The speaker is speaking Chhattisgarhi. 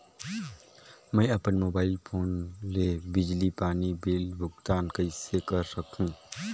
मैं अपन मोबाइल फोन ले बिजली पानी बिल भुगतान कइसे कर सकहुं?